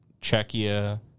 Czechia